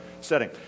setting